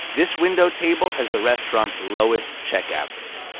this window table has the restaurant's lowest check average.